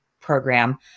program